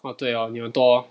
orh 对 orh 你有很多